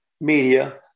media